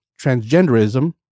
transgenderism